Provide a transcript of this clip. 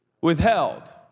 withheld